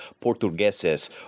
Portugueses